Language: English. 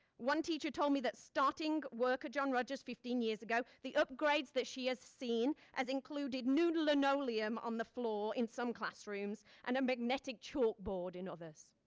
one teacher told me that starting work. john rogers fifteen years ago the upgrades that she has seen as included new linoleum on the floor in some classrooms and a magnetic chalk board in others.